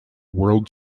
world